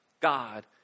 God